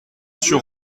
sur